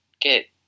Get